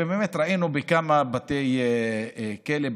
ובאמת ראינו בכמה בתי כלא,